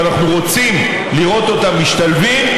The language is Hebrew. ואנחנו רוצים לראות אותם משתלבים,